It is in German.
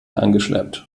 angeschleppt